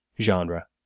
Genre